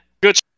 Good